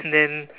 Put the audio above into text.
then